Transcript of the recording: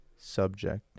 subject